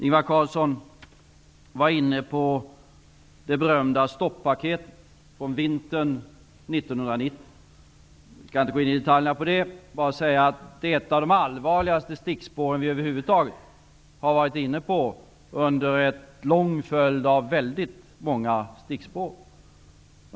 Ingvar Carlsson var inne på det berömda stoppaketet från vintern 1990. Jag skall inte i detalj gå in på det utan vill bara säga att det var ett av de allvarligaste i en lång följd av stickspår som vi har varit inne på.